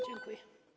Dziękuję.